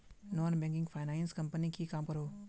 Non banking finance company की काम करोहो?